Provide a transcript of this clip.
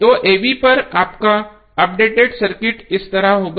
तो ab पर आपका अपडेटेड सर्किट इस तरह का होगा